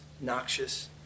noxious